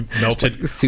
melted